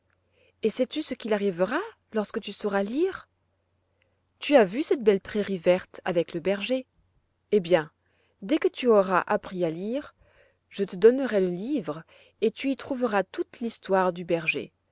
et sais-tu ce qu'il arrivera lorsque tu sauras lire tu as vu cette belle prairie verte avec le berger eh bien dès que tu auras appris à lire je te donnerai le livre et tu y trouveras toute l'histoire du berger